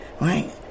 Right